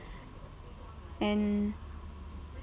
and